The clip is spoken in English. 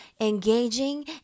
engaging